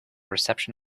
reception